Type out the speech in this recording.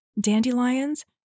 dandelions